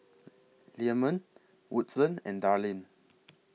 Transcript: Leamon Woodson and Darline